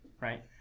right